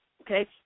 Okay